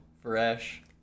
fresh